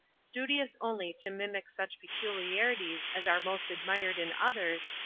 studious only to mimic such peculiarities as are most admired in others,